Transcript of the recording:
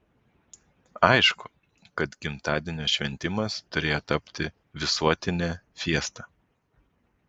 aišku kad gimtadienio šventimas turėjo tapti visuotine fiesta